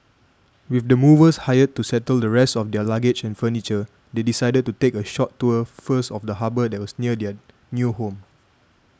with the movers hired to settle the rest of their luggage and furniture they decided to take a short tour first of the harbour that was near their new home